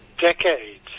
decades